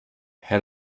how